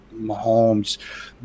Mahomes